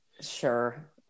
Sure